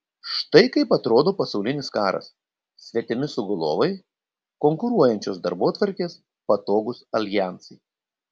štai kaip atrodo pasaulinis karas svetimi sugulovai konkuruojančios darbotvarkės patogūs aljansai